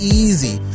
easy